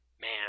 Man